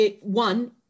One